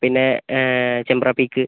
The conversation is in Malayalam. പിന്നെ ചെമ്പ്ര പീക്ക്